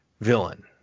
villain